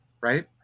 Right